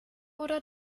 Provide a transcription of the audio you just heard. oder